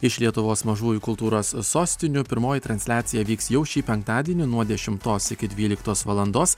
iš lietuvos mažųjų kultūros sostinių pirmoji transliacija vyks jau šį penktadienį nuo dešimtos iki dvyliktos valandos